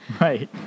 Right